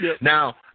Now